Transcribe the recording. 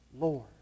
Lord